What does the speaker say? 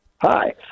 Hi